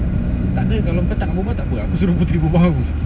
takde kalau engkau tak nak berbual takpe aku suruh puteri berbual dengan aku